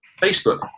Facebook